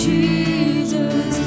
Jesus